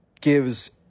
gives